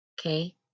okay